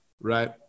right